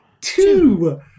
Two